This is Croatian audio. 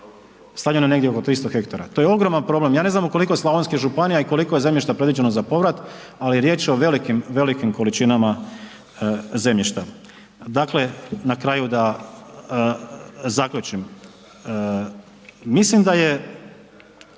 stavljeno je negdje oko 300 hektara. To je ogroman problem. Ja ne znam u koliko je slavonskih županija i koliko je zemljišta predviđeno za povrat, ali je riječ o velikim količinama zemljišta. Dakle, na kraju da zaključim. Mislim da je